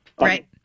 right